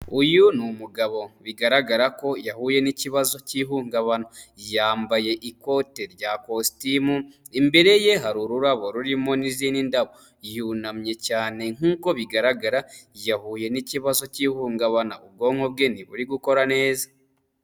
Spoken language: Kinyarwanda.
Uyu ni umugabo bigaragara ko yahuye n'ikibazo cy'ihungabana yambaye ikote rya kositimu imbere ye hari ururabo rurimo n'izindi ndabo, yunamye cyane nk'uko bigaragara yahuye n'ikibazo cy'ihungabana ubwonko bwe ntiburi gukora neza.